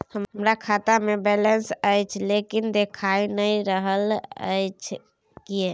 हमरा खाता में बैलेंस अएछ लेकिन देखाई नय दे रहल अएछ, किये?